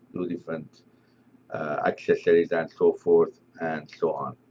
two different accessories and so forth, and so on.